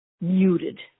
muted